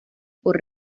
por